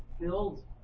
build